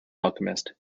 alchemist